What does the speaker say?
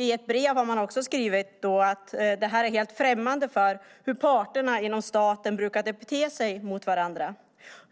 I ett brev har man skrivit att det här är helt främmande för hur parterna inom staten brukade bete sig mot varandra.